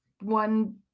one